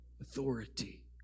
authority